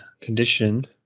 condition